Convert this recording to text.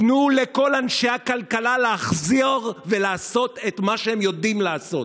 תנו לכל אנשי הכלכלה לחזור ולעשות את מה שהם יודעים לעשות.